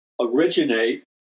originate